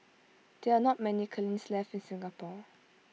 there are not many kilns left in Singapore